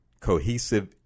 cohesive